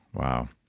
wow.